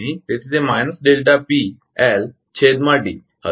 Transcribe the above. તેથી તે minus delta P L છેદમાં ડી હશે